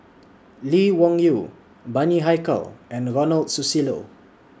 Lee Wung Yew Bani Haykal and Ronald Susilo